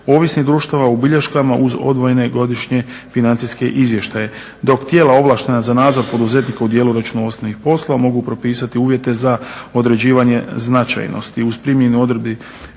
ovisnih društava u bilješkama uz odvojene godišnje financijske izvještaje. Dok tijela ovlaštena za nadzor poduzetnika u dijelu računovodstvenih poslova mogu propisati uvjete određivanje značajnosti uz primjenu odredbi